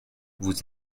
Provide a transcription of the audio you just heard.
vous